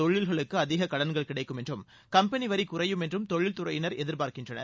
தொழில்களுக்கு அதிக கடன்கள் கிடைக்கும் என்றும் கம்பெளி வரி குறையும் என்றும் தொழில்துறையினர் எதிர்பார்க்கின்றனர்